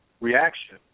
reaction